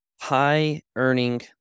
high-earning